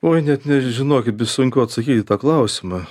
oi net ne žinokit bus sunku atsakyti į tą klausimą